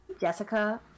Jessica